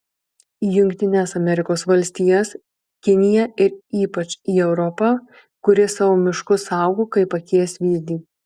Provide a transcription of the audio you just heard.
į jungtines amerikos valstijas kiniją ir ypač į europą kuri savo miškus saugo kaip akies vyzdį